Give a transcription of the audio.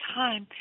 time